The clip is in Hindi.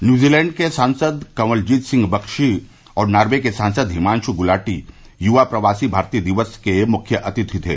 न्यूजीलैंड के सांसद कवल जीत सिंह बक्शी और नार्वे के सांसद हिमांशु गुलाटी युवा प्रवासी भारतीय दिवस के मुख्य अतिथि थे